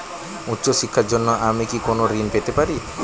উচ্চশিক্ষার জন্য আমি কি কোনো ঋণ পেতে পারি?